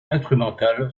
instrumental